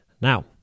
Now